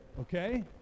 Okay